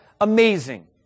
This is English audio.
amazing